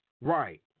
Right